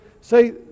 say